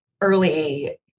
early